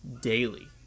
daily